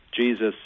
Jesus